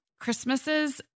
Christmases